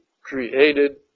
created